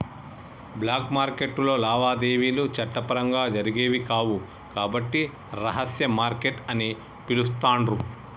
black మార్కెట్టులో లావాదేవీలు చట్టపరంగా జరిగేవి కావు కాబట్టి రహస్య మార్కెట్ అని పిలుత్తాండ్రు